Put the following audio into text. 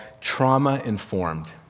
Trauma-Informed